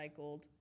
recycled